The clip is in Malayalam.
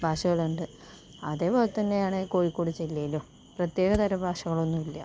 ഭാഷകളുണ്ട് അതേപോലെത്തന്നെയാണ് കോഴിക്കോട് ജില്ലയിലും പ്രത്യേകതരം ഭാഷകളൊന്നുമില്ല